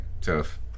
Tough